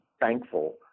thankful